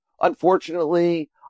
Unfortunately